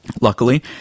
Luckily